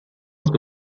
что